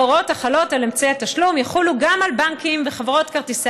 ההוראות החלות על אמצעי תשלום יחולו גם על בנקים וחברות כרטיסי